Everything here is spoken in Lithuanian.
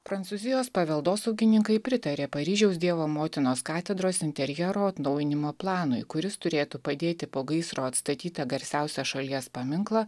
prancūzijos paveldosaugininkai pritarė paryžiaus dievo motinos katedros interjero atnaujinimo planui kuris turėtų padėti po gaisro atstatytą garsiausią šalies paminklą